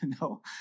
no